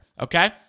okay